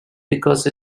because